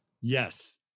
Yes